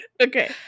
Okay